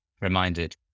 reminded